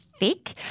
Thick